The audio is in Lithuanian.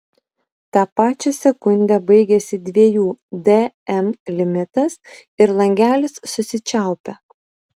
tą pačią sekundę baigiasi dviejų dm limitas ir langelis susičiaupia